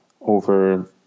over